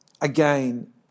again